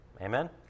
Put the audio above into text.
Amen